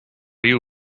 you